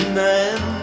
man